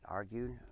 argued